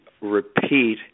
repeat